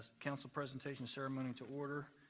counsel presentation ceremony to order.